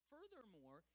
Furthermore